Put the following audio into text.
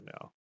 now